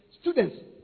students